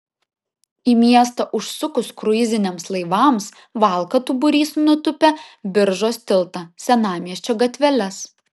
į miestą užsukus kruiziniams laivams valkatų būrys nutūpia biržos tiltą senamiesčio gatveles